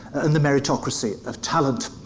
and the meritocracy of talent.